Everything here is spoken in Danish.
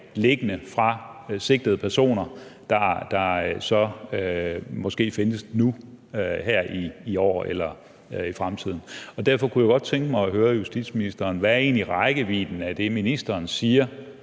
liggende fra sigtede personer, der så måske findes nu her i år eller i fremtiden. Derfor kunne jeg godt tænke mig at høre justitsministeren om, hvad rækkevidden egentlig er af det, ministeren siger